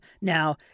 now